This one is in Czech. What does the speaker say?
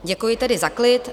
Děkuji tedy za klid.